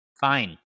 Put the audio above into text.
Fine